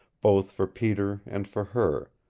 both for peter and for her,